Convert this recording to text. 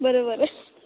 बरें बरें